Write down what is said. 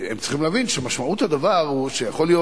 הם צריכים להבין שמשמעות הדבר היא שיכול להיות